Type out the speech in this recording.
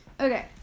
Okay